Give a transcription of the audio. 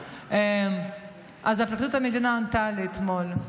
אז פרקליטות המדינה ענתה לי אתמול.